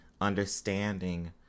understanding